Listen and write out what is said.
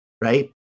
right